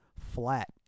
flat